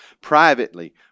Privately